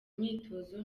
myitozo